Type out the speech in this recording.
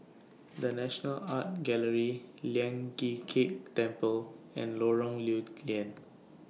The National Art Gallery Lian Chee Kek Temple and Lorong Lew Lian